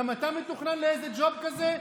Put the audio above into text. גם אתה מתוכנן לאיזה ג'וב כזה?